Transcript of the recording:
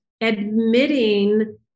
admitting